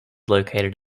located